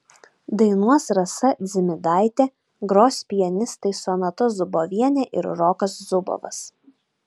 dainuos rasa dzimidaitė gros pianistai sonata zubovienė ir rokas zubovas